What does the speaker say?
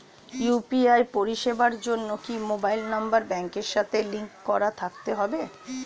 UPI পরিষেবার জন্য কি মোবাইল নাম্বার ব্যাংকের সাথে লিংক করা থাকতে হবে?